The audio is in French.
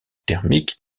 thermiques